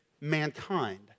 mankind